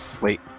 Wait